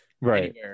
Right